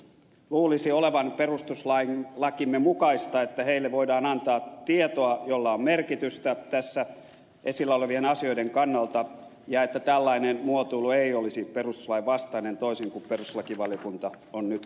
luulisi olevan perustuslakimme mukaista että heille voidaan antaa tietoa jolla on merkitystä tässä esillä olevien asioiden kannalta ja että tällainen muotoilu ei olisi perustuslain vastainen toisin kuin perustuslakivaliokunta on nyt katsonut